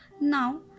Now